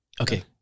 Okay